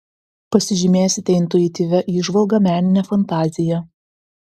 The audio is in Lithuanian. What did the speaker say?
pasižymėsite intuityvia įžvalga menine fantazija